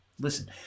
Listen